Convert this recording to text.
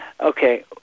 Okay